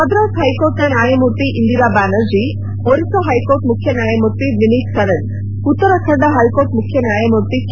ಮದ್ರಾಸ್ ಹೈಕೋರ್ಟ್ನ ನ್ಯಾಯಮೂರ್ತಿ ಇಂದಿರಾ ಬ್ಯಾನರ್ಜಿ ಒರಿಸ್ಲಾ ಹೈಕೋರ್ಟ್ ಮುಖ್ಯ ನ್ಯಾಯಮೂರ್ತಿ ವಿನೀತ್ ಸರಣ್ ಉತ್ತರಾಖಂಡ ಹೈಕೋರ್ಟ್ ಮುಖ್ಯ ನ್ಯಾಯಮೂರ್ತಿ ಕೆ